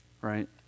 right